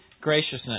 graciousness